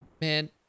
Man